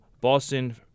Boston